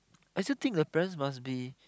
I still think the parents must be